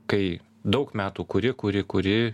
kai daug metų kuri kuri kuri